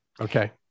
Okay